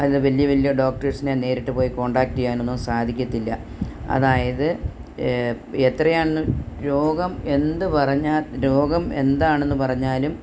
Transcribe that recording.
അത് വലിയ വലിയ ഡോക്ടേഴ്സിനെ നേരിട്ട് പോയി കോൺടാക്ട് ചെയ്യാനൊന്നും സാധിക്കത്തില്ല അതായത് എത്രയാണെന്ന് രോഗം എന്ത് പറഞ്ഞാൽ രോഗം എന്താണെന്ന് പറഞ്ഞാലും